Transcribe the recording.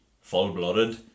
full-blooded